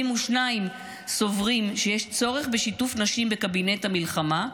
72% סוברים שיש צורך בשיתוף נשים בקבינט המלחמה,